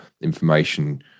information